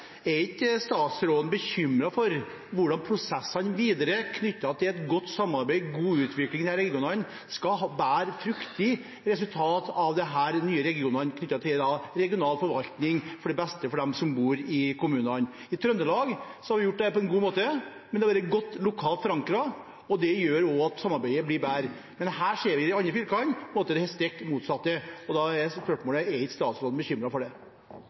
er ikke statsråden bekymret for hvordan prosessene videre knyttet til et godt samarbeid og god utvikling av regionene skal bære frukter og gi resultater for disse nye regionene og den regionale forvaltningen – til beste for dem som bor i kommunene? I Trøndelag har vi gjort dette på en god måte, men det har vært godt lokalt forankret, og det gjør også at samarbeidet blir bedre. Men i de andre fylkene ser vi på en måte det stikk motsatte, og da er spørsmålet: Er ikke statsråden bekymret for det?